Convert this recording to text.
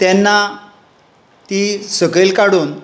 तेन्ना ती सकयल काडून